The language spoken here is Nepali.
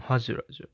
हजुर हजुर